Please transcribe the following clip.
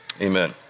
Amen